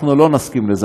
אנחנו לא נסכים לזה.